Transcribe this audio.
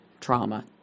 trauma